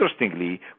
interestingly